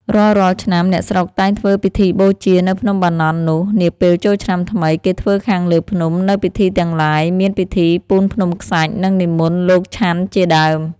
រាល់ៗឆ្នាំ អ្នកស្រុកតែងធ្វើពិធីបូជានៅភ្នំបាណន់ នោះ, នាពេលចូលឆ្នាំថ្មី គេធ្វើខាងលើភ្នំ នូវពិធីទាំងឡាយ មានពិធីពូនភ្នំខ្សាច់ និងនិមន្តលោកឆាន់ជាដើម